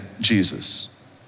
Jesus